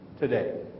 today